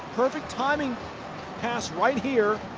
perfect timing pass right here.